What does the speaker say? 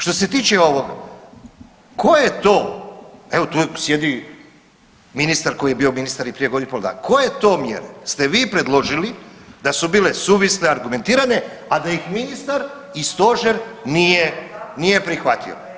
Što se tiče ovoga, koje to, evo tu sjedi ministar koji je bio ministar i prije godinu i pol dana, koje to mjere ste vi predložili da su bile suvisle i argumentirane, a da ih ministar i stožer nije, nije prihvatio?